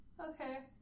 Okay